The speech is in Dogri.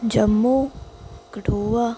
जम्मू कठुआ